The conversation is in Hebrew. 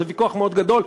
זה ויכוח מאוד גדול.